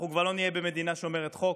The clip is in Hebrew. אנחנו כבר לא נהיה במדינה שומרת חוק,